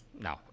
No